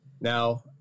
Now